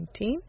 2019